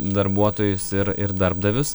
darbuotojus ir ir darbdavius